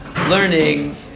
learning